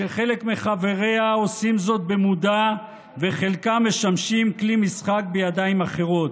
כשחלק מחבריה עושים זאת במודע וחלקם משמשים כלי משחק בידיים אחרות.